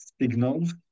signals